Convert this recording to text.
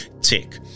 Tick